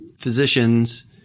physicians